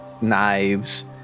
knives